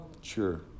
Sure